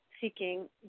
seeking